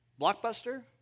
Blockbuster